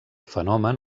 fenomen